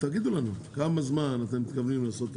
תגידו לנו כמה זמן אתם מתכוונים לעשות את